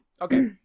okay